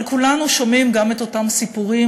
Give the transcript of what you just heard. אבל כולנו שומעים גם את אותם סיפורים,